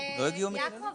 גם בחברה